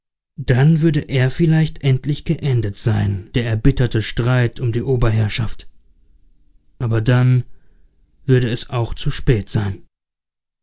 dann würde er vielleicht endlich geendet sein der erbitterte streit um die oberherrschaft aber dann würde es auch zu spät sein